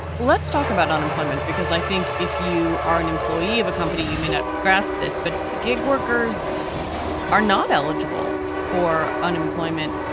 let's talk about unemployment, because i think if you are an employee of a company, you may not grasp this, but gig workers are not eligible for unemployment.